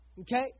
Okay